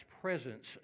presence